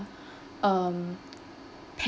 um